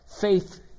faith